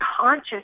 conscious